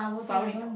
sawi